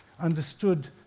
understood